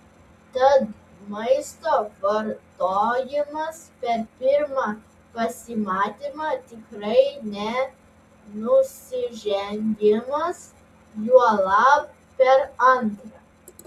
tad maisto vartojimas per pirmą pasimatymą tikrai ne nusižengimas juolab per antrą